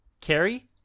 Carrie